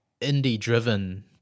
indie-driven